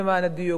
למען הדיוק,